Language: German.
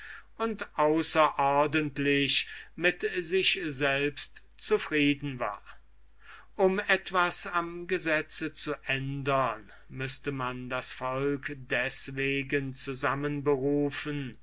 und außerordentlich mit selbst zufrieden war um etwas am gesetze selbst zu ändern müßte man das volk deswegen